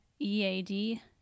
E-A-D